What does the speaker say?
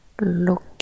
Look